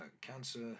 cancer